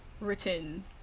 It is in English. written